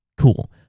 Cool